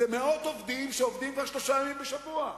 זה מאות עובדים שעובדים כבר שלושה ימים בשבוע,